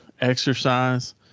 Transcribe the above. exercise